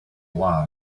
lie